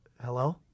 hello